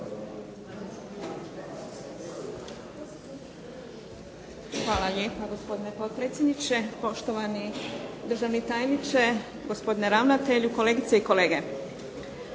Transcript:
Hvala lijepo gospodine potpredsjedniče. Poštovani državni tajniče, gospodine ravnatelju, kolegice i kolege.